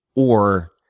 or